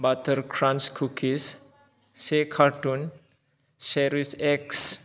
बाटार crunch cookies से carton चेरिश एक्स